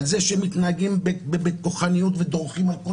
על זה שהם מתנהגים בכוחניות ודורכים על כל